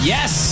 Yes